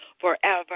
forever